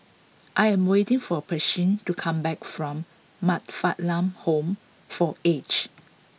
I am waiting for Pershing to come back from Man Fatt Lam Home for Aged